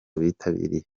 bitabiriye